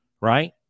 right